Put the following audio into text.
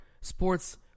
sports